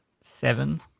seven